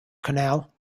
canal